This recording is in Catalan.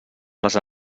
les